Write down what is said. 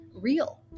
real